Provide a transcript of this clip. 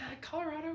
colorado